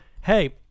Hey